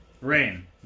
Rain